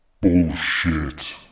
Bullshit